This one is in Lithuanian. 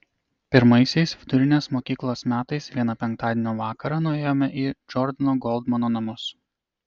pirmaisiais vidurinės mokyklos metais vieną penktadienio vakarą nuėjome į džordano goldmano namus